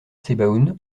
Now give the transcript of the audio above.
sebaoun